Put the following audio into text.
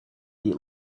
eat